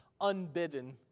unbidden